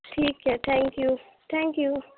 ٹھیک ہے thank you thank you